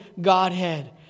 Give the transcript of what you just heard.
Godhead